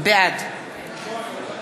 בעד